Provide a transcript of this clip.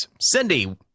Cindy